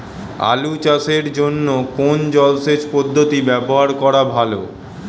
আলু চাষের জন্য কোন জলসেচ পদ্ধতি ব্যবহার করা ভালো?